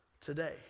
today